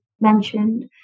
mentioned